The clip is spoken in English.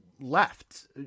left